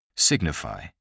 Signify